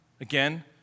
Again